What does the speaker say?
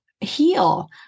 heal